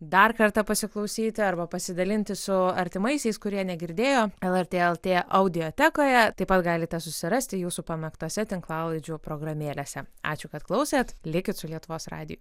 dar kartą pasiklausyti arba pasidalinti su artimaisiais kurie negirdėjo lrt lt audioteka ją taip pat galite susirasti jūsų pamėgtose tinklalaidžių programėlėse ačiū kad klausėt likit su lietuvos radiju